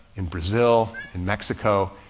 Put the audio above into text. in brazil, in mexico,